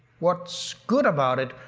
what's good about it,